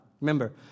Remember